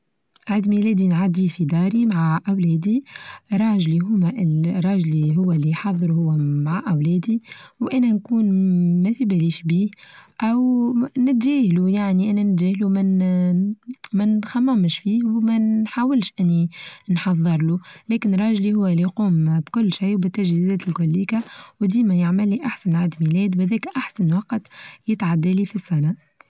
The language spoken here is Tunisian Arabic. عيد ميلادي نعدي في داري مع أولادي راجلي هما راجلي هو لي يحضر وهو مع أولادي وأنا نكون ما في باليش بيه أو نتچاهلوا يعني أنا نتچاهلوا من آآ من نخممش ليه و ما نحاولش إني نحظرله لكن راجلي هو لي يقوم بكل شي وبالتچهيزات الكوليكا وديما يعمل لي أحسن عيد ميلاد بذاك أحسن وقت يتعدى لي في السنة.